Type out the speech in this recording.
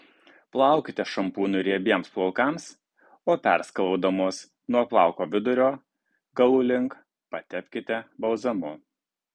plaukite šampūnu riebiems plaukams o perskalaudamos nuo plauko vidurio galų link patepkite balzamu